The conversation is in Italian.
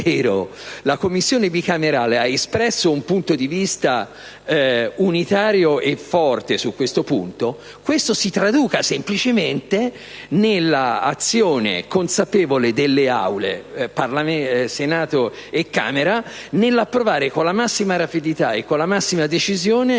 la Commissione bicamerale ha espresso un punto di vista unitario e forte su questo punto, questo si traduca semplicemente nell'azione consapevole delle Aule parlamentari nell'approvare con la massima rapidità e con la massima decisione